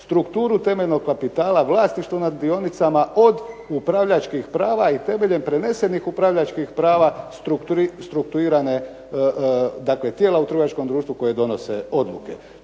strukturu temeljnog kapitala, vlasništvo nad dionicama od upravljačkih prava i temeljem prenesenih upravljačkih prava strukturirane, dakle tijela u trgovačkom društvu koji donose odluke.